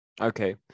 Okay